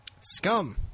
Scum